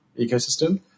ecosystem